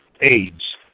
aids